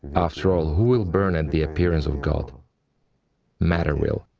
after all, who will burn at the appearance of god? a matter will.